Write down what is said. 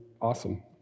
awesome